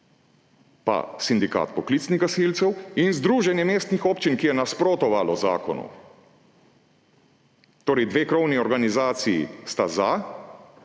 pa Sindikat poklicnega gasilstva in Združenje mestnih občin, ki je nasprotovalo zakonu. Torej, dve krovni organizaciji sta za,